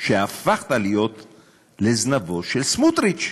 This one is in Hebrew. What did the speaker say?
שהפכת להיות זנבו של סמוּטריץ?